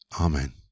Amen